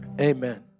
amen